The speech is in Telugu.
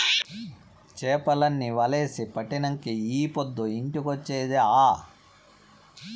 చేపల్ని వలేసి పట్టినంకే ఈ పొద్దు ఇంటికొచ్చేది ఆ